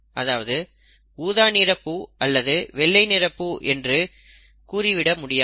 அதாவது ஊதா நிறப் பூ அல்லது வெள்ளை நிறப் பூ என்று கூறிவிட முடியாது